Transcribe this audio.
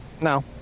No